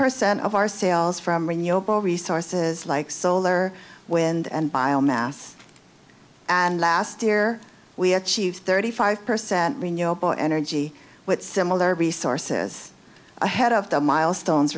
percent of our sales from renewable resources like solar wind and biomass and last year we achieved thirty five percent renewable energy with similar resources ahead of the milestones